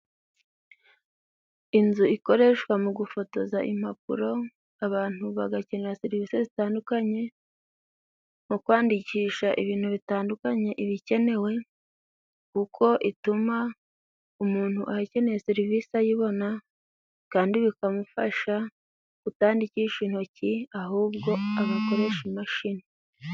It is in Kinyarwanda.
Inzu ikoreshwa mu gufotoza impapuro, abantu bagakenera serivisi zitandukanye mu kwandikisha ibintu bitandukanye, ibikenewe kuko ituma umuntu akeneye serivisi ayibona kandi bikamufasha kutandikisha intoki ahubwo agakoresha imashini.